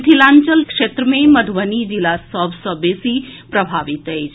मिथिलांचल क्षेत्र मे मधुबनी जिला सभ सँ बेसी प्रभावित अछि